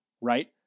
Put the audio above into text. right